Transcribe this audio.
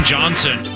Johnson